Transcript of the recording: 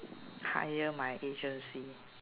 hire my agency